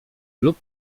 lub